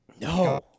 No